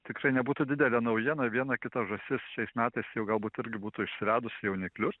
tikrai nebūtų didelė naujiena viena kita žąsis šiais metais jau galbūt irgi būtų išsivedus jauniklius